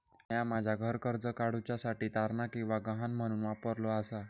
म्या माझा घर कर्ज काडुच्या साठी तारण किंवा गहाण म्हणून वापरलो आसा